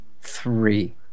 Three